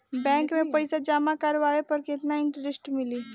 Bank में पईसा जमा करवाये पर केतना इन्टरेस्ट मिली?